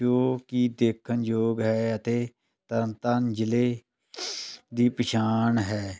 ਜੋ ਕਿ ਦੇਖਣਯੋਗ ਹੈ ਅਤੇ ਤਰਨਤਾਰਨ ਜ਼ਿਲ੍ਹੇ ਦੀ ਪਛਾਣ ਹੈ